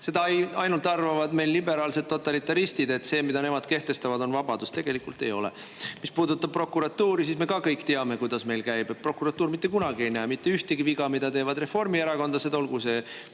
Seda ainult arvavad meil liberaalsed totalitaristid, et see, mida nemad kehtestavad, on vabadus. Tegelikult ei ole. Mis puudutab prokuratuuri, siis me ka kõik teame, kuidas meil käib – prokuratuur mitte kunagi ei näe mitte ühtegi viga, mida teevad reformierakondlased, olgu see